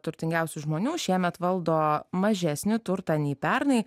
turtingiausių žmonių šiemet valdo mažesnį turtą nei pernai